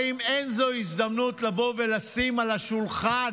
האם אין זו הזדמנות לבוא ולשים על השולחן,